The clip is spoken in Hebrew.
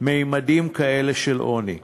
ממדים כאלה של עוני.